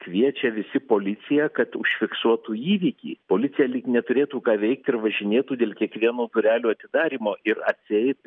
kviečia visi policiją kad užfiksuotų įvykį policija lyg neturėtų ką veikti ir važinėtų dėl kiekvieno durelių atidarymo ir atseit